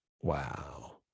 wow